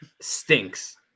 Stinks